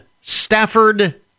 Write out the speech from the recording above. Stafford